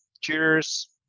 Cheers